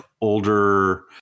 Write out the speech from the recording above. older